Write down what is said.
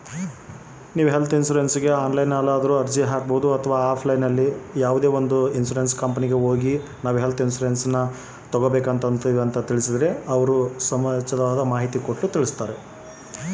ನಾನು ಹೆಲ್ತ್ ಇನ್ಸುರೆನ್ಸಿಗೆ ಅರ್ಜಿ ಹಾಕದು ಹೆಂಗ?